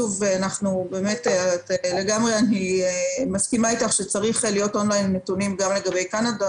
אני לגמרי מסכימה אתך שצריך להיות און ליין עם נתונים גם לגבי קנדה,